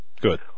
Good